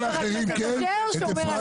אבל אני בזכות דיבור.